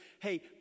hey